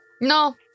No